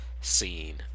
scene